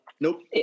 Nope